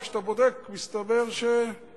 רק כשאתה בודק מסתבר שהופ,